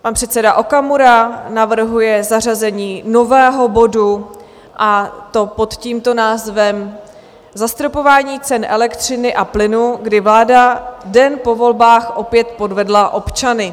Pan předseda Okamura navrhuje zařazení nového bodu, a to pod tímto názvem: Zastropování cen elektřiny a plynu, kdy vláda den po volbách opět podvedla občany.